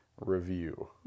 Review